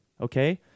Okay